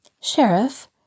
Sheriff